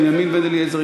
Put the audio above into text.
בנימין בן-אליעזר,